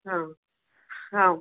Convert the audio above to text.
हां हां